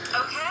Okay